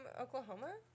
Oklahoma